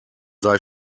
sei